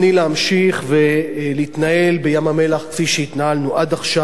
להמשיך ולהתנהל בים-המלח כפי שהתנהלנו עד עכשיו,